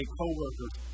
co-workers